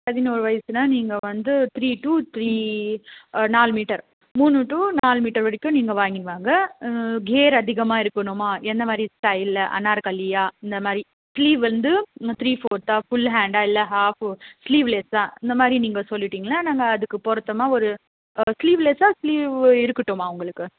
பதினோரு வயசுனா நீங்கள் வந்து த்ரீ டு த்ரீ நாலு மீட்டர் மூணு டு நாலு மீட்டர் வரைக்கும் நீங்கள் வாங்கின்னு வாங்க கியர் அதிகமாக இருக்கணுமா என்ன மாதிரி ஸ்டைலில் அனார்கலியாக இந்த மாதிரி ஸ்லீவ் வந்து த்ரீ ஃபோர்த்தாக ஃபுல் ஹாண்டாக இல்லை ஹாஃப் ஸ்லீவ்லெஸ்ஸாக இந்த மாதிரி நீங்கள் சொல்லிட்டிங்கன்னா நாங்கள் அதுக்கு பொருத்தமாக ஒரு ஸ்லீவ்லெஸ்ஸாக ஸ்லீவ் இருக்கட்டுமா உங்களுக்கு